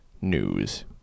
news